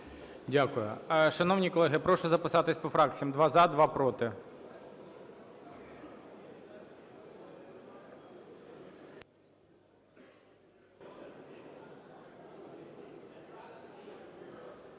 Дякую. Шановні колеги, прошу записатися по фракціям: два – за, два – проти.